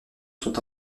sont